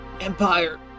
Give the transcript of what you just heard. Empire